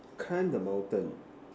climb the mountain